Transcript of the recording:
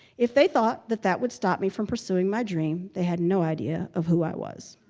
if they thought that that would stop me from pursuing my dream they had no idea of who i was